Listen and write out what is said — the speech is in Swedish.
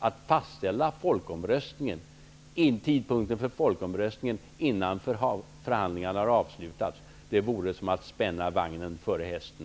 Att fastställa tidpunkten för folkomröstningen innan förhandlingarna har avslutats vore som att spänna vagnen för hästen.